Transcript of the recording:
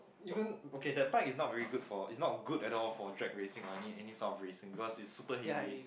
even okay that part is not very good for it's not good at all for drag racing or any any sort of racing because it's super heavy